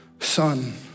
son